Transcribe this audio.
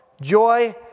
joy